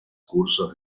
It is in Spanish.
cursos